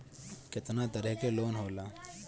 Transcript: केतना तरह के लोन होला?